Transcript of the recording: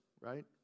right